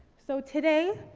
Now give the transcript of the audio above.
so today,